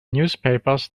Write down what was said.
newspapers